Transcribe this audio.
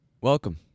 Welcome